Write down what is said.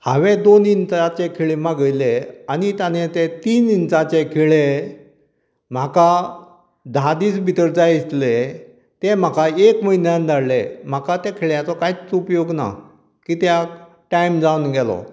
हांवे दोन इंचाचे खिळें मागयल्लें आनी ताणे ते तीन इंचाचे खिळें म्हाका धा दीस भितर जाय आसलें ते म्हाका एक म्हयन्यान धाडलें म्हाका त्या खिळ्याचो कांयच उपयोग ना कित्याक टायम जावन गेलो